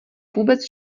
vůbec